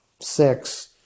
six